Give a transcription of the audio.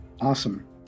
Awesome